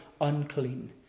unclean